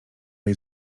jej